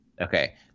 Okay